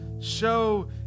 show